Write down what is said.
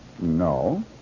No